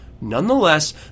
Nonetheless